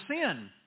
sin